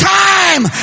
time